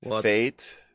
Fate